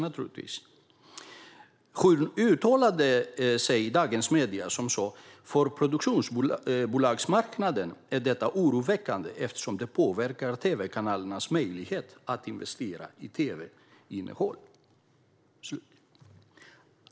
Hon uttalade sig på följande sätt i Dagens Media: "För produktionsbolagsmarknaden är detta oroväckande eftersom det påverkar tv-kanalernas möjlighet att investera i tv-innehåll."